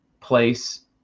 place